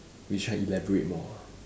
we try elaborate more